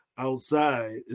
outside